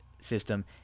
system